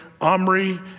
Omri